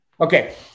Okay